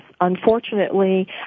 unfortunately